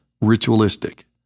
ritualistic